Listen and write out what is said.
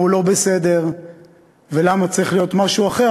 הוא לא בסדר ולמה צריך להיות משהו אחר,